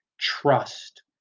trust